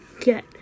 get